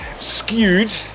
skewed